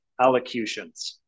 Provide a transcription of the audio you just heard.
allocutions